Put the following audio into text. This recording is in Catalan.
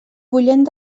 bullent